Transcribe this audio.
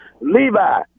Levi